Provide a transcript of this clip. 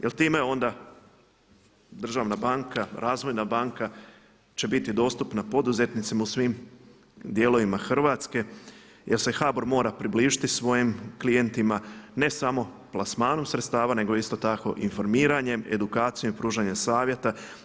Jer time onda državna banka, razvojna banka će biti dostupna poduzetnicima u svim dijelovima Hrvatske jer se HBOR mora približiti svojim klijentima ne samo plasmanom sredstava nego isto tako i informiranjem, edukacijom i pružanjem savjeta.